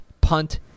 punt